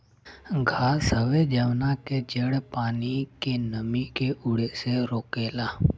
घास हवे जवना के जड़ पानी के नमी के उड़े से रोकेला